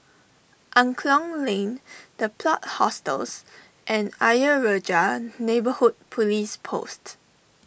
Angklong Lane the Plot Hostels and Ayer Rajah Neighbourhood Police Post